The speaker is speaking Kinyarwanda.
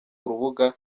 urubuga